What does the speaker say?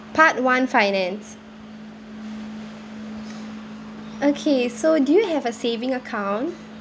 part one finance okay so do you have a saving account